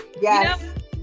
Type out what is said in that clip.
yes